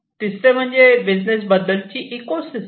तिसरे म्हणजे बिझनेस बद्दलची इकोसिस्टीम